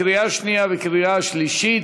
קריאה שנייה וקריאה שלישית.